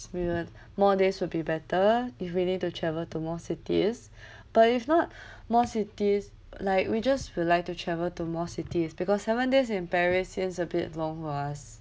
we will more days will be better if we need to travel to more cities but if not more cities like we just would like to travel to more cities because seven days in paris seems a bit long for us